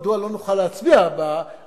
מדוע לא נוכל להצביע הערב?